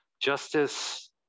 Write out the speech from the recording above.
justice